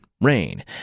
rain